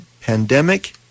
pandemic